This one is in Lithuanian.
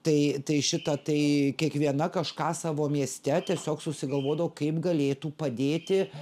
tai tai šita tai kiekviena kažką savo mieste tiesiog susigalvodavo kaip galėtų padėti